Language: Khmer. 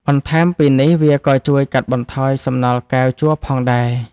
បន្ថែមពីនេះ វាក៏ជួយកាត់បន្ថយសំណល់កែវជ័រផងដែរ។